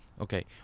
Okay